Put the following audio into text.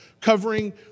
covering